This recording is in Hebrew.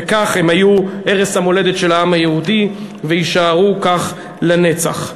וכך הם היו ערש המולדת של העם היהודי ויישארו כך לנצח.